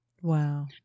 Wow